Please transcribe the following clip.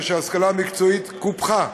כאשר ההשכלה המקצועית קופחה: